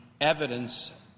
evidence